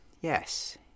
yes